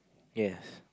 yes